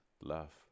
love